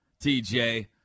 TJ